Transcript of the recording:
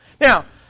Now